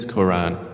Quran